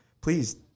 please